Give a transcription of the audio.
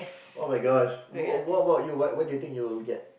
[oh]-my-gosh what what about you what do you think you will get